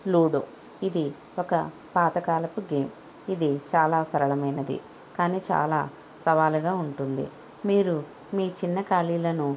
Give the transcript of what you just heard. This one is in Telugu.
లూడో ఇది ఒక పాతకాలపు గేమ్ ఇది చాలా సరళమైనది కానీ చాలా సవాలుగా ఉంటుంది మీరు మీ చిన్న ఖాళీలను